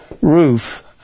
roof